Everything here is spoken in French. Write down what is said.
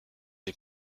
des